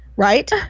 Right